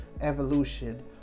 evolution